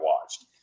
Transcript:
watched